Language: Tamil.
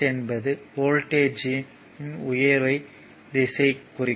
என்பது வோல்ட்டேஜ் உயர்வின் திசை ஆகும்